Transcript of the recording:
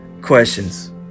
questions